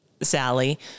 Sally